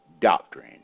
doctrine